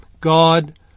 God